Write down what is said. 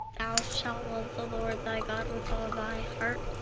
thou shalt love the lord thy god with all thy heart,